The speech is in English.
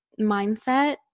mindset